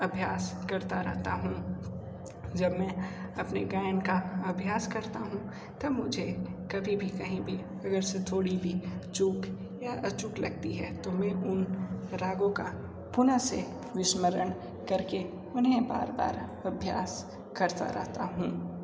अभ्यास करता रहता हूँ जब मैं अपनी गायन का अभ्यास करता हूँ तब मुझे कभी भी कहीं भी थोड़ी भी चूक या अचूक लगती है तो मैं उन रागों का पुनः से विस्मरण करके उन्हें बार बार अभ्यास करता रहता हूँ